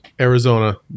Arizona